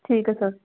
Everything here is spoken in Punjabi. ਠੀਕ ਐ ਸਰ